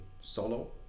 solo